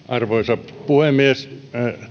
arvoisa puhemies